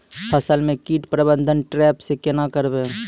फसल म कीट प्रबंधन ट्रेप से केना करबै?